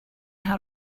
how